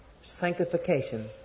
sanctification